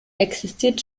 existiert